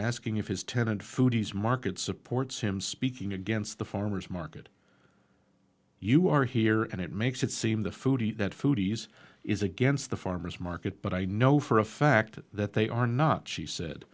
asking if his tenant foods market supports him speaking against the farmer's market you are here and it makes it seem the food that foodies is against the farmer's market but i know for a fact that they are not she said